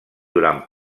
durant